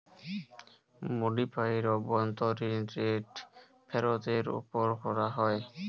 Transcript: modified অভ্যন্তরীন rate ফেরতের ওপর করা হয়